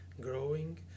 growing